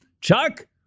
Chuck